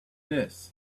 this